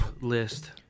list